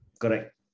correct